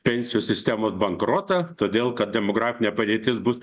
pensijų sistemos bankrotą todėl kad demografinė padėtis bus